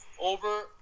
over